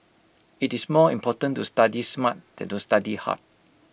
IT is more important to study smart than to study hard